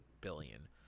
billion